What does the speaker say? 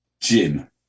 Jim